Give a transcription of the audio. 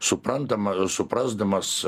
suprantama suprasdamas